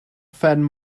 phen